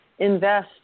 invest